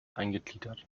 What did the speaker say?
eingegliedert